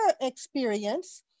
experience